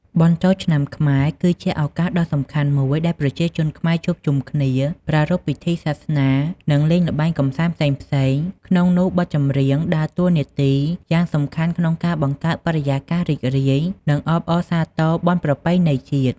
បុណ្យចូលឆ្នាំខ្មែរ គឺជាឱកាសដ៏សំខាន់មួយដែលប្រជាជនខ្មែរជួបជុំគ្នា ប្រារព្ធពិធីសាសនា និងលេងល្បែងកម្សាន្តផ្សេងៗ ក្នុងនោះ បទចម្រៀងដើរតួនាទីយ៉ាងសំខាន់ក្នុងការបង្កើតបរិយាកាសរីករាយ និងអបអរសាទរបុណ្យប្រពៃណីជាតិ។